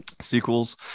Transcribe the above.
sequels